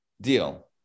deal